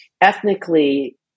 Ethnically